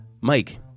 Mike